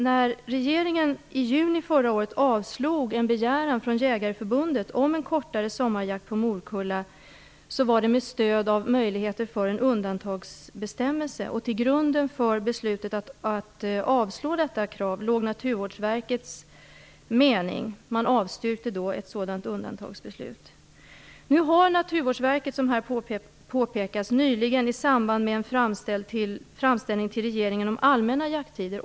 När regeringen i juni förra året avslog en begäran från Jägareförbundet om en kortare sommarjakt på morkulla var det med stöd av möjligheter för en undantagsbestämmelse. Till grund för beslutet att avslå detta krav låg Naturvårdsverkets mening. Verket avstyrkte ett sådant undantagsbeslut. Som påpekats här har Naturvårdsverket nyligen ändrat ståndpunkt i samband med en framställning till regeringen om allmänna jakttider.